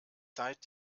zeit